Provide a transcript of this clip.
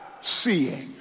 seeing